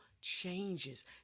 changes